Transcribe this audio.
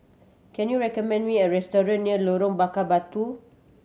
can you recommend me a restaurant near Lorong Bakar Batu